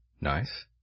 Nice